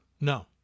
No